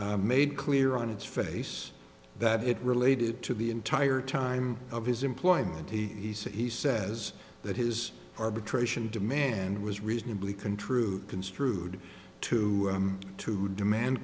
made clear on its face that it related to the entire time of his employment he says that his arbitration demand was reasonably can true construed to him to demand